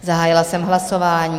Zahájila jsem hlasování.